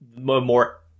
more